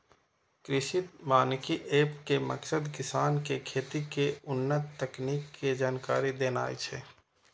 कृषि वानिकी एप के मकसद किसान कें खेती के उन्नत तकनीक के जानकारी देनाय छै